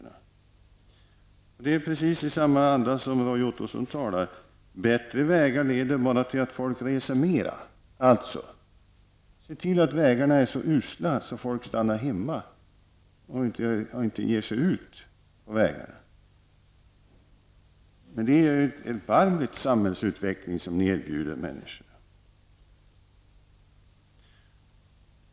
Roy Ottosson talade i samma anda som Viola Claesson genom att säga att bättre vägar bara leder till att folk reser mer. Det innebär alltså att man skall se till att vägarna är så usla att folk stannar hemma och inte ger sig ut på vägarna. Men det är ju en erbarmelig samhällsutveckling som de erbjuder människorna.